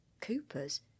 cooper's